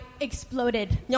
exploded